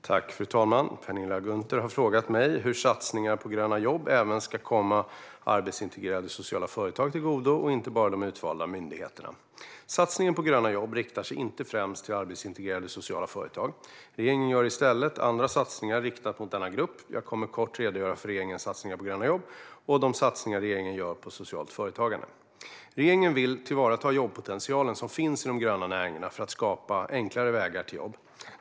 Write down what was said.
Fru talman! Penilla Gunther har frågat mig hur satsningen på gröna jobb även ska komma arbetsintegrerande sociala företag till godo och inte bara de utvalda myndigheterna. Satsningen på gröna jobb riktar sig inte främst till arbetsintegrerande sociala företag. Regeringen gör i stället andra satsningar riktade mot denna grupp. Jag kommer att kort redogöra för regeringens satsning på gröna jobb och de satsningar regeringen gör på socialt företagande. Regeringen vill tillvarata den jobbpotential som finns i de gröna näringarna för att skapa enklare vägar till jobb.